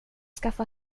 skaffa